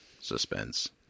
Suspense